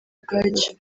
ubwacyo